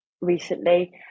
recently